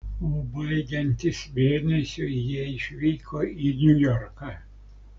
o baigiantis mėnesiui jie išvyko į niujorką